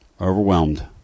Overwhelmed